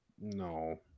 No